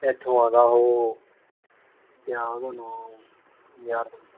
ਇੱਥੋਂ ਆਉਂਦਾ ਉਹ ਕਿਆ ਉਹਦਾ ਨਾਂ ਯਾਰ